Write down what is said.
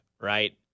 right